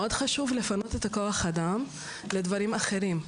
מאוד חשוב לפנות את כוח האדם לדברים אחרים,